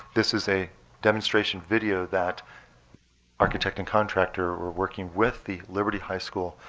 this is a demonstration video that architect and contractor were working with the liberty high school